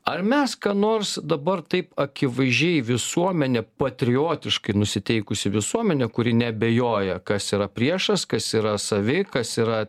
ar mes ką nors dabar taip akivaizdžiai visuomenė patriotiškai nusiteikusi visuomenė kuri neabejoja kas yra priešas kas yra savi kas yra